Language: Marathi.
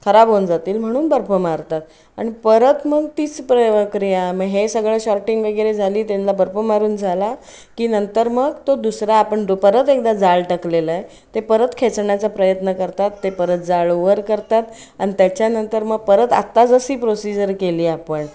खराब होऊन जातील म्हणून बर्फ मारतात आणि परत मग तीच प्रक्रिया मग हे सगळं शॉर्टिंग वगैरे झाली त्यांना बर्फ मारून झाला की नंतर मग तो दुसरा आपण दु परत एकदा जाळं टाकलेला आहे ते परत खेचण्याचा प्रयत्न करतात ते परत जाळं वर करतात आणि त्याच्यानंतर मग परत आत्ता जशी प्रोसिजर केली आपण